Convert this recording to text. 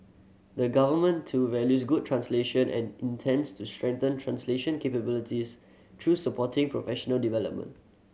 the Government too values good translation and intends to strengthen translation capabilities through supporting professional development